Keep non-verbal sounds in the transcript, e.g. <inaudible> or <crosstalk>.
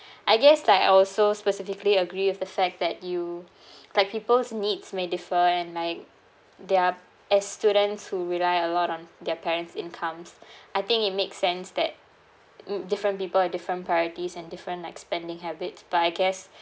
<breath> I guess like I also specifically agree with the fact that you <breath> like people's needs may differ and like their as students who rely a lot on their parents incomes I think it makes sense that m~ different people have different priorities and different expanding habits but I guess